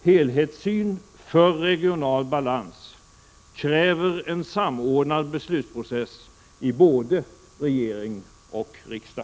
Helhetssyn för regional balans kräver en samordnad beslutsprocess i både regering och riksdag.